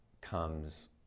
comes